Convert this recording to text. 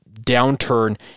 downturn